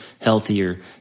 healthier